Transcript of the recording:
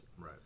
Right